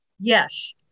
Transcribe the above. Yes